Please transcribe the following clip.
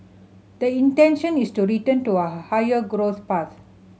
the intention is to return to a higher growth path